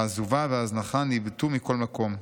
העזובה וההזנחה ניבטו מכל מקום.